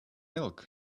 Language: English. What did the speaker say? milk